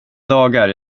dagar